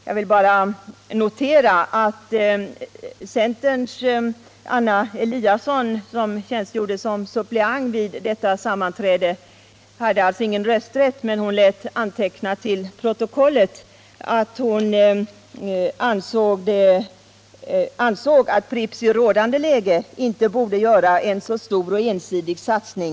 Jag vill bara framhålla att centerns Anna Eliasson, som tjänstgjorde som suppleant vid detta sammanträde och som alltså inte hade någon rösträtt, till protokollet lät anteckna att hon ansåg att Pripps i rådande läge inte borde göra en så stor och ensidig satsning.